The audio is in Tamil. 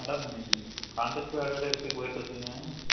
மேடம் கான்ட்ராக்ட் வேலையெல்லாம் எப்படி போய்ட்டு இருக்குங்க